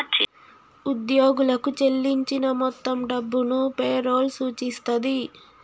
ఉద్యోగులకు చెల్లించిన మొత్తం డబ్బును పే రోల్ సూచిస్తది